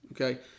Okay